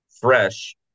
fresh